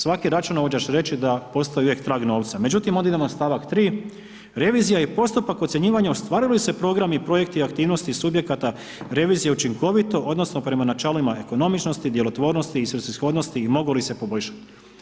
Svaki računovođa će reći da postoj uvijek trag novca međutim onda idemo na stavak 3. Revizija i postupak ocjenjivanja ostvaruju li se programi i projekti aktivnosti subjekata revizije učinkovito odnosno prema načelima ekonomičnosti, djelotvornosti, svrsishodnosti i mogu li se poboljšati.